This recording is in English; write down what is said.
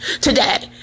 today